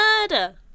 murder